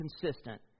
consistent